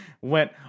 went